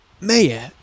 Maya